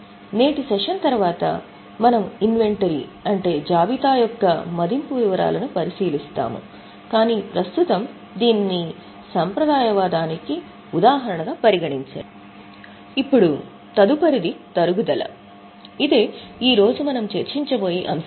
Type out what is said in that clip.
నేటి సెషన్ తరువాత మనము ఇన్వెంటరీ అంటే జాబితా యొక్క మదింపు వివరాలను పరిశీలిస్తాము కాని ప్రస్తుతం దీనిని సంప్రదాయవాదానికి ఉదాహరణగా పరిగణించండి ఇప్పుడు తదుపరిది తరుగుదల ఇదే ఈ రోజు మనం చర్చించబోయే అంశం